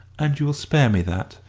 and you will spare me that?